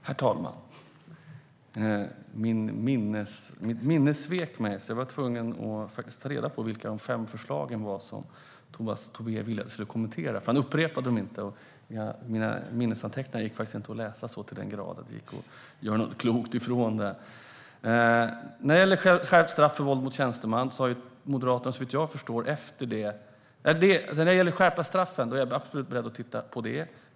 Herr talman! Mitt minne svek mig, så jag var tvungen att ta reda på vilka de fem förslag var som Tomas Tobé ville att jag skulle kommentera. Han upprepade dem inte, och mina minnesanteckningar gick inte att läsa så pass att det gick att göra något klokt av dem. Skärpta straff är jag absolut beredd att titta på.